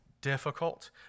difficult